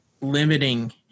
limiting